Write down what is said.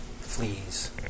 fleas